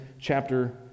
chapter